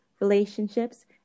relationships